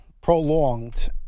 prolonged